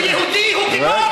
כי הוא יהודי הוא גיבור?